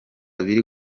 biri